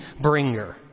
bringer